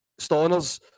stoners